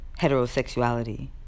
heterosexuality